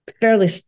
fairly